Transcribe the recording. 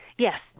Yes